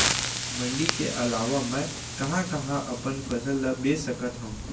मण्डी के अलावा मैं कहाँ कहाँ अपन फसल ला बेच सकत हँव?